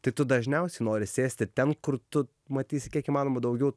tai tu dažniausiai nori sėsti ten kur tu matysi kiek įmanoma daugiau